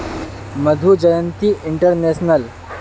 Madhu Jayanti international